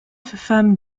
femmes